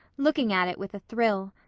looking at it with a thrill.